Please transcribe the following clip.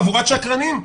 חבורת שקרנים,